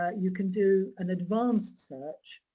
ah you can do an advanced search.